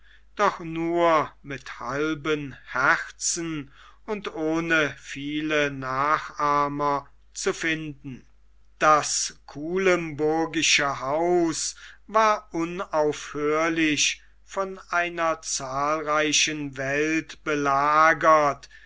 doch nur mit halbem herzen und ohne viele nachahmer zu finden das kuilemburgische haus war unaufhörlich von einer zahlreichen welt belagert